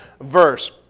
verse